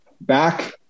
back